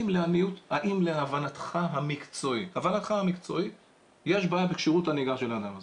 האם להבנתך המקצועית יש בעיה בכשירות הנהיגה של האדם הזה?